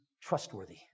trustworthy